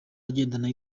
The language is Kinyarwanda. agendana